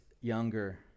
younger